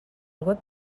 web